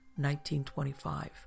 1925